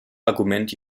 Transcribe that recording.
argument